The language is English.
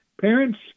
Parents